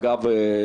אגב,